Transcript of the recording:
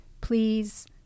please